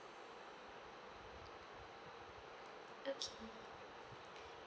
okay